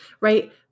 right